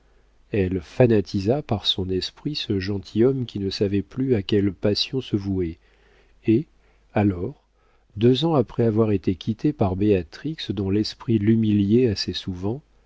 elle fanatisa par son esprit ce gentilhomme qui ne savait plus à quelle passion se vouer et alors deux ans après avoir été quitté par béatrix dont l'esprit l'humiliait assez souvent